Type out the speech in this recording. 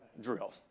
drill